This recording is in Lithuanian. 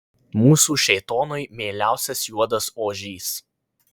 mūsų šėtonui mieliausias juodas ožys